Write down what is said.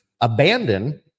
abandon